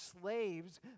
slaves